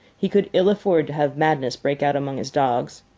he could ill afford to have madness break out among his dogs.